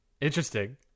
Interesting